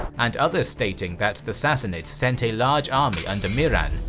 and others stating that the sassanids sent a large army under mihran,